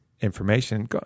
information